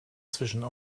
zwischen